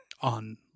on